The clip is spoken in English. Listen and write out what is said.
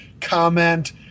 comment